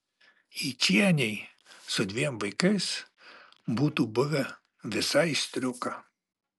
yčienei su dviem vaikais būtų buvę visai striuka